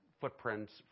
footprints